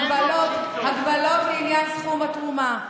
הגבלות לעניין סכום התרומה.